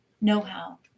know-how